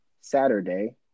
Saturday